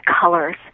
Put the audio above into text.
colors